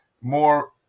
more